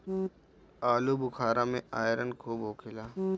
आलूबुखारा में आयरन खूब होखेला